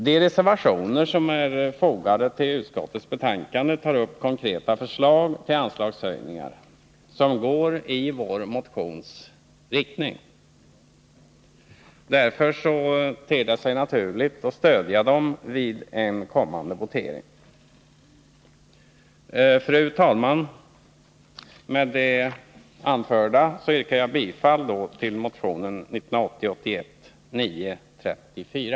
De reservationer som är fogade till utskottsbetänkandet tar upp konkreta förslag till anslagshöjningar som går i vår motions riktning. Därför ter det sig naturligt att stödja dem vid en kommande votering. Fru talman! Med det anförda yrkar jag bifall till motionen 1980/81:934.